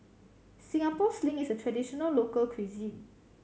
Singapore Sling is a traditional local cuisine